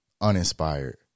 uninspired